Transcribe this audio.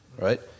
right